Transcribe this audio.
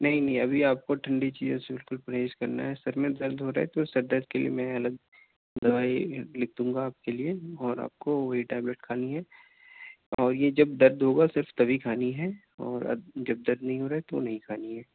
نہیں نہیں ابھی آپ کو ٹھنڈی چیزوں سے بالکل پرہیز کرنا ہے سر میں درد ہو رہا ہے تو سر درد کے لیے میں الگ دوائی لکھ دوں گا آپ کے لیے اور آپ کو وہی ٹیبلیٹ کھانی ہے اور یہ جب درد ہوگا صرف تبھی کھانی ہے اور جب درد نہیں ہو رہا ہے تو نہیں کھانی ہے